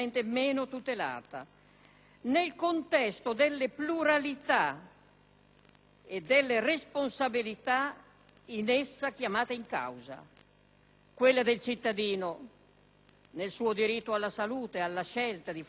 e delle responsabilità in essa chiamate in causa: quella del cittadino nel suo diritto alla salute, alla scelta di fronte alle terapie; quella dei familiari; quella del personale medico e sanitario;